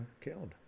killed